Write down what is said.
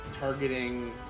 targeting